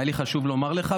היה לי חשוב לומר לך,